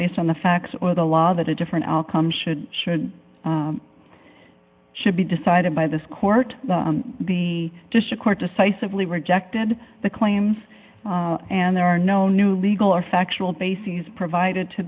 based on the facts or the law that a different outcome should should should be decided by this court the district court decisively rejected the claims and there are no new legal or factual bases provided to